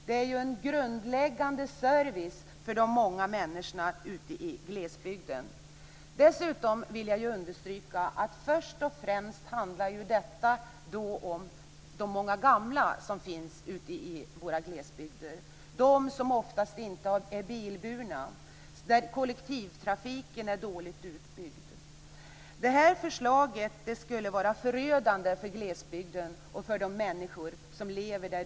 Detta är ju en grundläggande service för de många människorna ute i glesbygden. Dessutom vill jag understryka att detta först och främst handlar om de många gamla som finns ute i våra glesbygder, de som oftast inte är bilburna där kollektivtrafiken är dåligt utbyggd. Det här förslaget skulle vara förödande för glesbygden och för de människor som lever där.